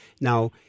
Now